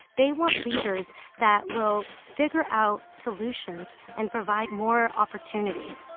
they want leaders that will figure out solutions and provide more opportunities